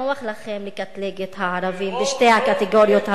נוח לכם לקטלג את הערבים בשתי הקטגוריות האלה.